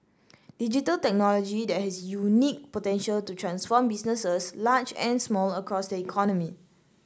digital technology has unique potential to transform businesses large and small across the economy